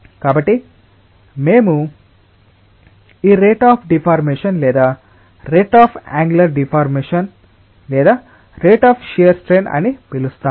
కాబట్టి మేము ఈ రేట్ అఫ్ డిఫార్మేషన్ లేదా రేట్ అఫ్ అన్గులర్ డిఫార్మేషన్ లేదా రేట్ అఫ్ షియర్ స్ట్రెన్ అని పిలుస్తాము